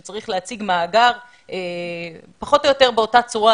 שצריך להציג מאגר פחות או יותר באותה צורה